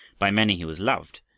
by many he was loved,